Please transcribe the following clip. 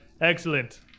Excellent